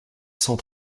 cent